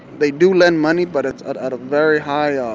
they do lend money, but it's at at a very high ah